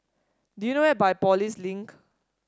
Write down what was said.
do you know Biopolis Link